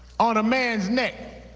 on a man's neck